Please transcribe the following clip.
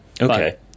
Okay